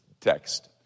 text